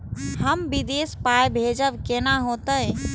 हम विदेश पाय भेजब कैना होते?